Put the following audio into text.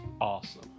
awesome